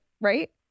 Right